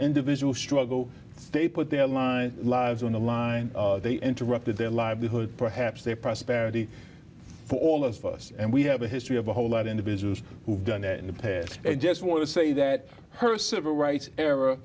individual struggle they put their line lives on the line they interrupted their livelihood perhaps their prosperity for all of us and we have a history of a whole lot individuals who've done it in the past and just want to say that her civil rights era